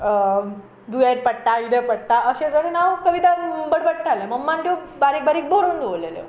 दुयेंत पडटा अशें तरेन हांव कविता बडबडाटलें मम्मान त्यो बारीक बारीक बरोवन दवरिल्ल्यो